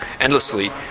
endlessly